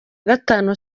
gatanu